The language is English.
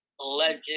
legend